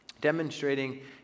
demonstrating